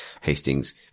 Hastings